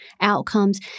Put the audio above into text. outcomes